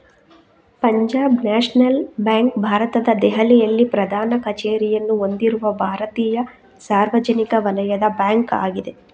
Punjab National Bank ಭಾರತದ ದೆಹಲಿಯಲ್ಲಿ ಪ್ರಧಾನ ಕಚೇರಿಯನ್ನು ಹೊಂದಿರುವ ಭಾರತೀಯ ಸಾರ್ವಜನಿಕ ವಲಯದ ಬ್ಯಾಂಕ್ ಆಗಿದೆ